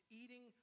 eating